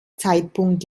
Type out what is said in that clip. zeitpunkt